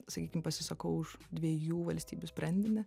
sakykim pasisakau už dviejų valstybių sprendinį